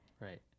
Right